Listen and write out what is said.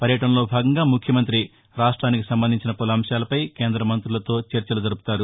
పర్యటనలో భాగంగా ముఖ్యమంత్రి రాష్త్రానికి సంబంధించిన పలు అంశాలపై కేంద్ర మంత్రులతో చర్చలు జరపనున్నారు